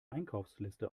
einkaufsliste